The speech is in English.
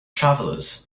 travelers